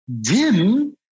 DIM